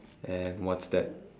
and what's that